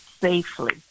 safely